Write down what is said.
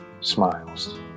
smiles